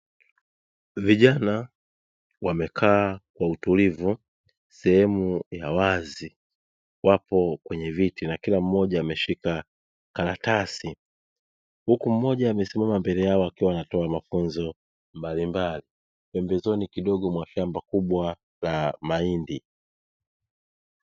Vijana wamekaa kwa utulivu sehemu ya wazi, wapo kwenye viti na kila mmoja ameshika karatasi, huku mmoja amesimama mbele yao akiwa anatoa mafunzo mbalimbali, pembezoni kidogo mwa shamba kubwa la mahindi.